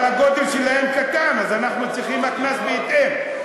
אבל הגודל שלהן, קטן, אז אנחנו צריכים הקנס בהתאם.